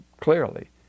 clearly